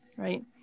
right